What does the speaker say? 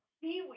seaweed